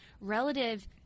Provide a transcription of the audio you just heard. relative